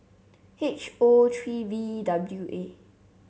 H O three V W A